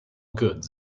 goods